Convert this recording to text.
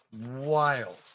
wild